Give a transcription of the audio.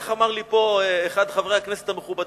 איך אמר לי פה אחד מחברי הכנסת המכובדים,